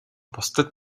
бусдад